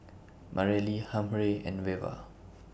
Mareli Humphrey and Veva